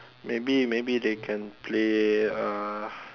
maybe maybe they can play uh